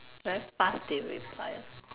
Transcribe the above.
very fast they reply